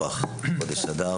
וחודש טוב ומבורך - חודש אדר.